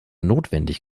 notwendig